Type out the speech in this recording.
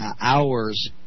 hours